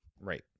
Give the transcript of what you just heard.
Right